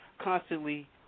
constantly